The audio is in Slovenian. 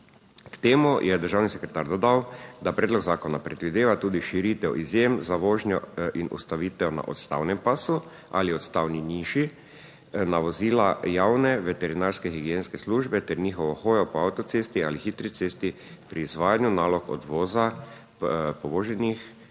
K temu je državni sekretar dodal, da predlog zakona predvideva tudi širitev izjem za vožnjo in ustavitev na odstavnem pasu ali odstavni niši na vozila Javne veterinarske higienske službe ter njihovo hojo po avtocesti ali hitri cesti pri izvajanju nalog odvoza povoženih